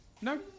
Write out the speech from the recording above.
no